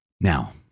now